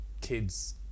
Kids